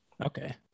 okay